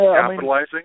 capitalizing